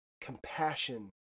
compassion